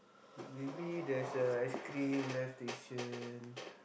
maybe there's a ice-cream live station